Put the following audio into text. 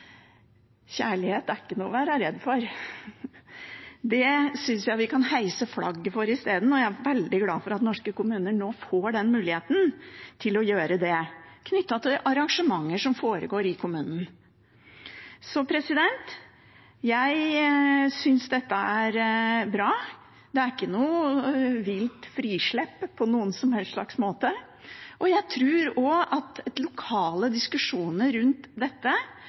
kjærlighet er ikke noe å være redd for. Det synes jeg vi kan heise flagget for isteden. Jeg er veldig glad for at norske kommuner nå får muligheten til å gjøre dette, knyttet til arrangementer som foregår i kommunen. Jeg synes dette er bra. Det er ikke noe vilt frislepp på noen som helst slags måte. Jeg tror også at lokale diskusjoner rundt dette